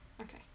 Okay